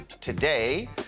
today